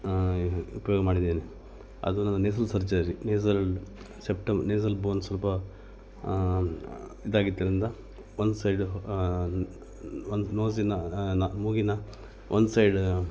ಉಪಯೋಗ ಮಾಡಿದ್ದೇನೆ ಅದು nasal surgery nasal septum nasal bone ಸ್ವಲ್ಪ ಇದಾಗಿದ್ದರಿಂದ ಒಂದು ಸೈಡು ಒಂದು ನೋಝಿನ ನ ಮೂಗಿನ ಒಂದು ಸೈಡ್